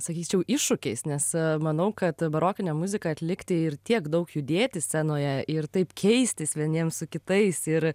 sakyčiau iššūkiais nes manau kad barokinę muziką atlikti ir tiek daug judėti scenoje ir taip keistis vieniems su kitais ir